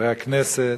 חברי הכנסת,